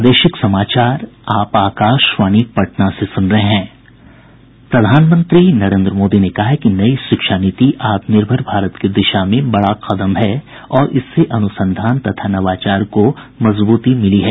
प्रधानमंत्री नरेन्द्र मोदी ने कहा है कि नई शिक्षा नीति आत्मनिर्भर भारत की दिशा में बड़ा कदम है और इससे अनुसंधान तथा नवाचार को मजबूती मिली है